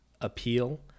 appeal